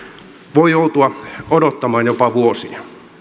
voi joutua odottamaan jopa vuosia